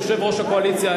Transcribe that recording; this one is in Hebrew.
יושב-ראש הקואליציה,